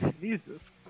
Jesus